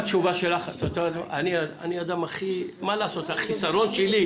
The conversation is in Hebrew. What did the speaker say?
תקשיבי, החיסרון שלי,